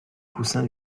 coussins